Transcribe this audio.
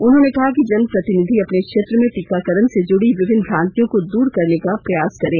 उन्होंने कहा कि जनप्रतिनिधि अपने क्षेत्र में टीकाकरण से जुड़ी विभिन्न भ्रांतियों को दूर करने का प्रयास करें